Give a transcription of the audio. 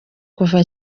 kuva